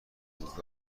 بود